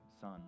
son